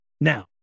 Now